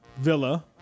villa